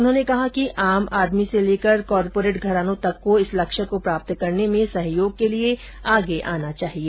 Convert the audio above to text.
उन्होंने कहा कि आम आदमी से लेकर कारपोरेट घरानों तक को इस लक्ष्य को प्राप्त करने में सहयोग के लिए आगे आना चाहिए